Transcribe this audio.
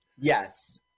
Yes